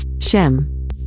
Shem